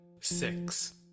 Six